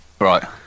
Right